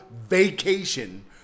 vacation